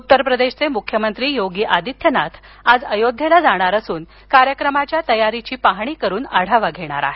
उत्तर प्रदेशचे मुख्यमंत्री योगी आदित्यनाथ आज अयोध्येला जाणार असून कार्यक्रमाच्या तयारीची पाहणी करून आढावा घेणार आहेत